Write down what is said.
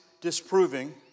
disproving